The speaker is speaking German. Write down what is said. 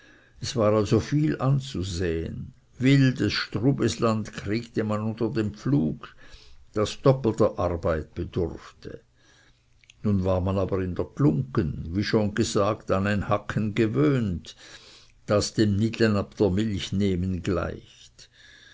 es war also viel anzusäen wildes strubes land kriegte man unter den pflug das doppelter arbeit bedurfte nun war man aber in der glunggen wie schon gesagt an ein hacken gewöhnt das dem nidle ab der milch nehmen gleicht